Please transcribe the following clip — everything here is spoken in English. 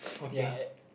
ya